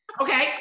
Okay